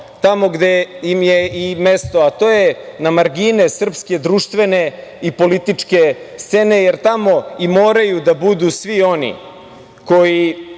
tamo gde im je i mesto, a to je na margine srpske društvene i političke scene, jer tamo i moraju da budu svi oni koji,